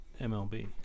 MLB